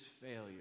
failure